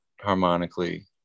harmonically